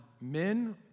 men